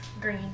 Green